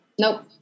nope